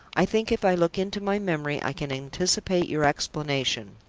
i think, if i look into my memory, i can anticipate your explanation.